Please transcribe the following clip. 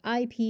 IP